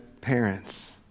parents